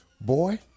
Boy